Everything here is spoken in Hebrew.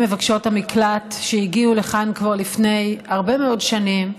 ומבקשות המקלט שהגיעו לכאן כבר לפני הרבה מאוד שנים,